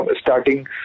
starting